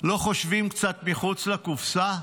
לא חושבים קצת מחוץ לקופסה?